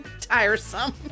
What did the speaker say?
tiresome